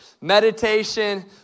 Meditation